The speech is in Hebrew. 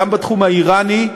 גם בתחום האיראני,